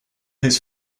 his